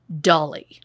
Dolly